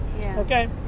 Okay